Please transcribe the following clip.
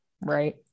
right